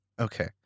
Okay